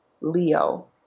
leo